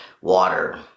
water